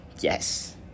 Yes